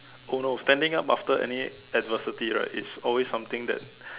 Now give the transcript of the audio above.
oh no standing up after any adversity right it's always something that